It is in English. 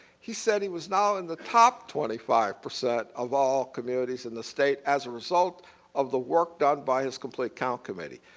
he said he was now in the top twenty five percent of all communities in the state as a result of the work done by his complete count committee.